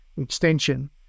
extension